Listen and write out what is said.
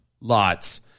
lots